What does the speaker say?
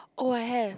oh I have